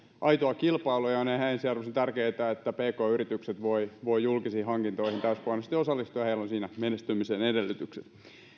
aitoa kilpailua ja on ihan ensiarvoisen tärkeää että pk yritykset voivat julkisiin hankintoihin täysipainoisesti osallistua ja heillä on siinä menestymisen edellytykset